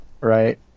right